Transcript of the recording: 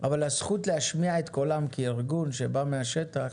אבל הזכות להשמיע את קולם כארגון שבא מהשטח,